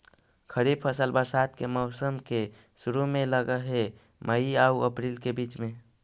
खरीफ फसल बरसात के मौसम के शुरु में लग हे, मई आऊ अपरील के बीच में